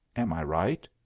am i right?